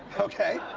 okay.